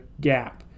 gap